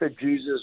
Jesus